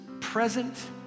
present